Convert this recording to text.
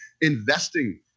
investing